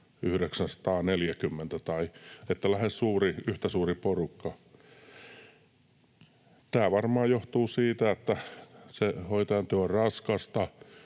940 eli lähes yhtä suuri porukka. Tämä varmaan johtuu siitä, että se hoitajan työ on raskasta.